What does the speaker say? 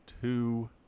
two